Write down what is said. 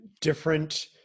different